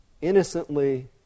innocently